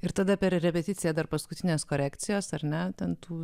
ir tada per repeticiją dar paskutinės korekcijos ar ne ten tų